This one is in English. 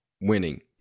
winning